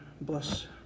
bless